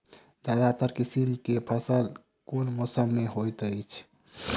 ज्यादातर किसिम केँ फसल केँ मौसम मे होइत अछि?